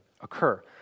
occur